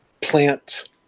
plant